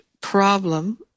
problem